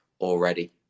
already